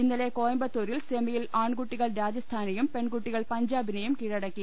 ഇന്നലെ കോയമ്പത്തൂരിൽ സെമിയിൽ ആൺകുട്ടികൾ രാജസ്ഥാനേയും പെൺകുട്ടികൾ പഞ്ചാബിനേയും കീഴടക്കി